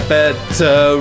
better